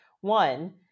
One